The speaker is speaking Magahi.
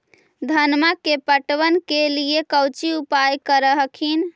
धनमा के पटबन के लिये कौची उपाय कर हखिन?